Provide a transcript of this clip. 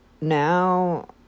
now